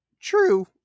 true